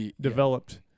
developed